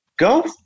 Go